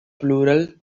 plural